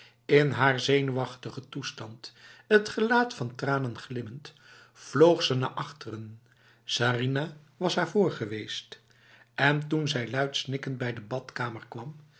in haar zenuwachtige toestand het gelaat van tranen glimmend vloog ze naar achteren sarinah was haar vr geweest en toen zij luid snikkend bij de badkamer kwam